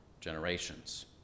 generations